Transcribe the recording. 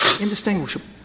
indistinguishable